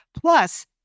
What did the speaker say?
plus